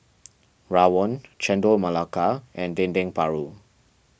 Rawon Chendol Melaka and Dendeng Paru